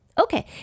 Okay